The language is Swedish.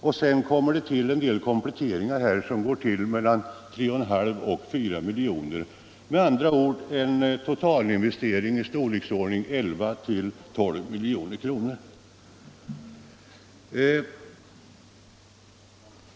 Sedan tillkommer en del kompletteringar som kostar mellan 3,5 och 4 milj.kr. Med andra ord en totalinvestering i storleksordningen 11-12 milj.kr.